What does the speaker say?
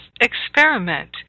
experiment